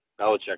belichick